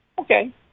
okay